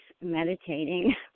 meditating